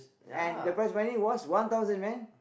and the prize money was one thousand man